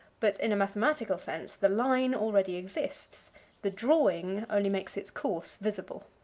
but in a mathematical sense the line already exists the drawing only makes its course visible.